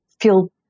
feel